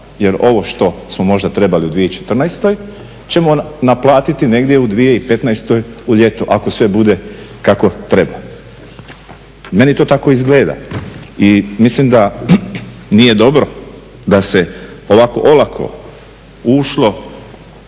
jel ovo što smo možda trebali u 2014.ćemo naplatiti negdje u 2015.u ljeto ako sve bude kako treba. meni to tako izgleda i mislim da nije dobro da se ovako olako ušlo